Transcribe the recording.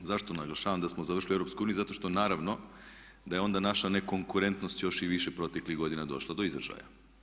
Zašto naglašavam da smo završili u EU zato što naravno da je onda naša nekonkurentnost još i više proteklih godina došla do izražaja.